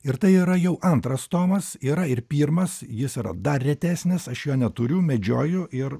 ir tai yra jau antras tomas yra ir pirmas jis yra dar retesnis aš jo neturiu medžioju ir